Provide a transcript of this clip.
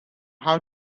how